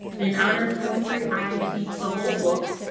in honors chemistry i teach the whole book.